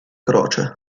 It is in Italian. croce